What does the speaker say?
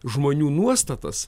žmonių nuostatas